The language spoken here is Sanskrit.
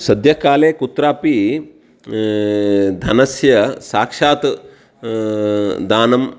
सद्य काले कुत्रापि धनस्य साक्षात् दानं